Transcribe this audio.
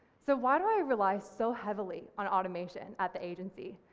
so why do i rely so heavily on automation at the agency?